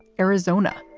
arizona.